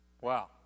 Wow